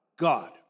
God